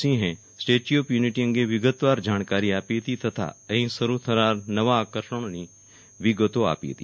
સિંહે Statue of Unity અંગે વિગતવાર જાણકારી આપી હતી તથા અહીં શરૂ થનાર નવા આર્કષણોની વિગતો આપી હતી